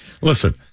Listen